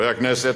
חברי הכנסת,